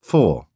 Four